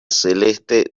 celeste